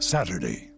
Saturday